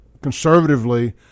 conservatively